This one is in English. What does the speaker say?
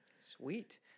Sweet